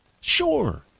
Sure